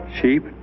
Sheep